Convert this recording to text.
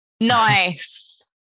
Nice